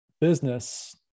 business